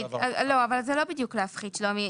לא, אבל זה לא בדיוק להפחית, שלומי.